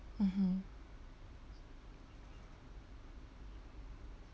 mmhmm